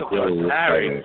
Harry